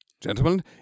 Gentlemen